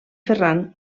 ferran